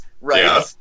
Right